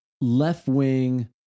left-wing